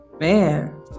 man